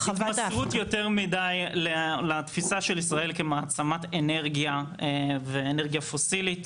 להתמסרות יותר מידי לתפיסה של ישראל כמעצמת אנרגיה ואנרגיה פוסילית.